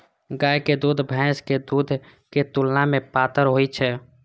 गायक दूध भैंसक दूध के तुलना मे पातर होइ छै